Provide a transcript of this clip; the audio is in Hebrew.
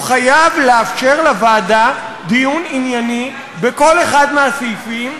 הוא חייב לאפשר לוועדה דיון ענייני בכל אחד מהסעיפים,